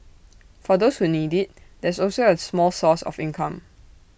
for those who need IT there's also A small source of income